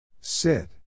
Sit